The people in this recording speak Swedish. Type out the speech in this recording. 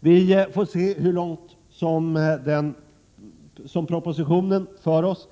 Vi får se hur långt propositionen för oss.